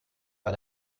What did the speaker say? bei